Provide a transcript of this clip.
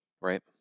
right